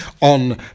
on